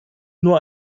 nur